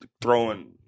throwing